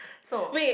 so